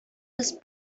без